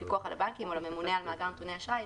הפיקוח על הבנקים או הממונה על מאגר נתוני אשראי.